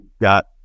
got